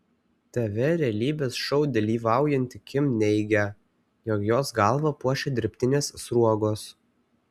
tv realybės šou dalyvaujanti kim neigia jog jos galvą puošia dirbtinės sruogos